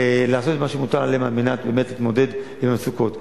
לעשות את מה שמוטל עליהם על מנת באמת להתמודד עם המצוקות.